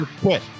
quit